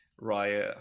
right